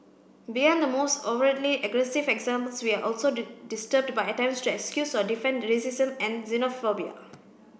beyond the most overtly aggressive examples we are also disturbed by attempts to excuse or defend racism and xenophobia